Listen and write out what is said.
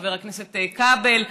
חבר הכנסת כבל,